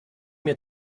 mir